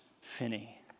Finney